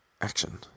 action